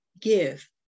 give